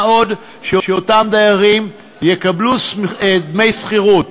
מה עוד שאותם דיירים יקבלו דמי שכירות